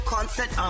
Concert